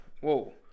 whoa